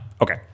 Okay